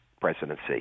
presidency